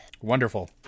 Wonderful